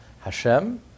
Hashem